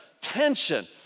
tension